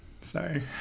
Sorry